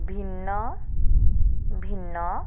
ଭିନ୍ନ ଭିନ୍ନ